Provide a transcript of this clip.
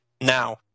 Now